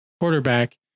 quarterback